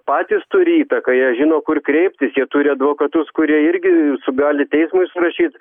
patys turi įtaką jie žino kur kreiptis jie turi advokatus kurie irgi su gali teismui surašyt